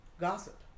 gossip